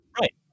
Right